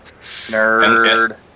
nerd